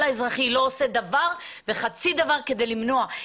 האזרחי לא עושה דבר וחצי דבר כדי למנוע,